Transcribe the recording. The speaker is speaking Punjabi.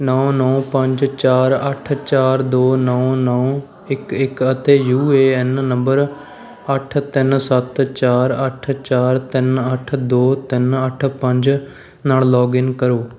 ਨੌ ਨੌ ਪੰਜ ਚਾਰ ਅੱਠ ਚਾਰ ਦੋ ਨੌ ਨੌ ਇੱਕ ਇੱਕ ਅਤੇ ਯੂ ਏ ਐੱਨ ਨੰਬਰ ਅੱਠ ਤਿੰਨ ਸੱਤ ਚਾਰ ਅੱਠ ਚਾਰ ਤਿੰਨ ਅੱਠ ਦੋ ਤਿੰਨ ਅੱਠ ਪੰਜ ਨਾਲ ਲੋਗਇੰਨ ਕਰੋ